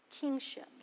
kingship